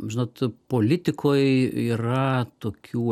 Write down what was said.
žinot politikoj yra tokių